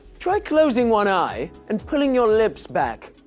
try closing one eye and pulling your lips back.